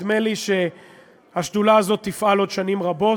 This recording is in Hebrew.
נדמה לי שהשדולה הזאת תפעל עוד שנים רבות,